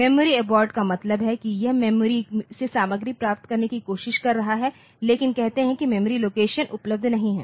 memory abort का मतलब है कि यह मेमोरी से सामग्री प्राप्त करने की कोशिश कर रहा है लेकिन कहते हैं कि मेमोरी लोकेशन उपलब्ध नहीं है